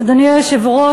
אדוני היושב-ראש,